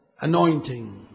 anointing